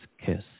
kiss